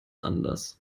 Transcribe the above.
anders